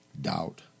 Doubt